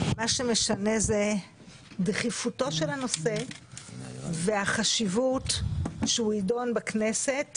מה שמשנה זה דחיפותו של הנושא והחשיבות שהוא יידון בכנסת.